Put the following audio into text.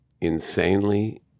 insanely